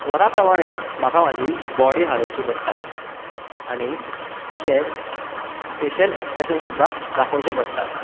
स्वरा प्रमाणे म्हाका म्हाजी बॉडी हालोवची पडटा आनी तशेंच फेशियल एक्स्प्रेशन सुद्दां दाखोवचें पडटा